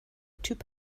typ